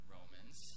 Romans